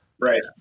Right